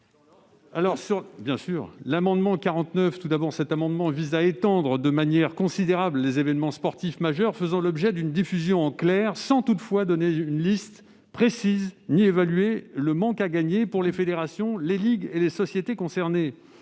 commission ? L'amendement n° 49 rectifié vise à étendre de manière considérable les événements sportifs majeurs faisant l'objet d'une diffusion en clair, sans toutefois donner une liste précise ni évaluer le manque à gagner pour les fédérations, les ligues et les sociétés concernées.